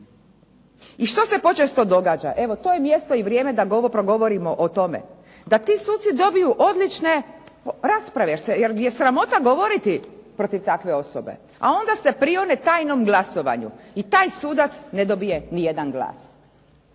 I što se počesto događa? Evo to je mjesto i vrijeme da progovorimo o tome. Da ti suci dobiju odlične rasprave, jer je sramota govoriti protiv takve osobe. A onda se prione tajnom glasovanju i taj sudac ne dobije nijedan glas.